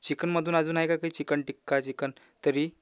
चिकनमधून अजून आहे का काही चिकन टिक्का चिकन तर्री